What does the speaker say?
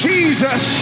Jesus